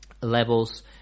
levels